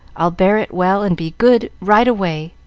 i'll bear it well, and be good right away.